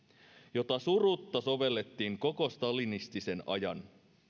jota surutta sovellettiin koko stalinistisen ajan